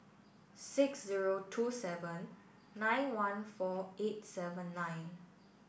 six zero two seven nine one four eight seven nine